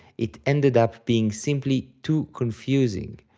it ended up being simply too confusing,